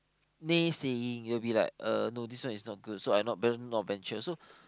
naysaying it will be like uh no this one is not good so I not better not venture so